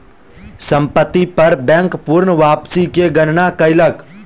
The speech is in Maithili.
संपत्ति पर बैंक पूर्ण वापसी के गणना कयलक